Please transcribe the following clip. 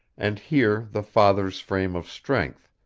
and here the father's frame of strength,